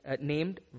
named